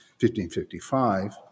1555